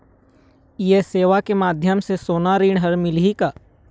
ये सेवा के माध्यम से सोना ऋण हर मिलही का?